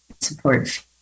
support